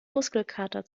muskelkater